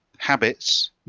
habits